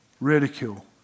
ridicule